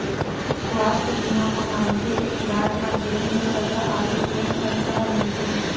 सुवास्थ बीमा म मनखे के इलाज म जेन भी खरचा आथे तेन खरचा ह मिलथे